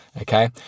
okay